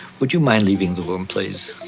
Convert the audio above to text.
would you mind leaving the room please?